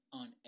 on